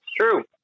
true